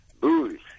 booze